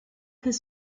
his